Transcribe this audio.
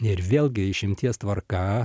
ir vėlgi išimties tvarka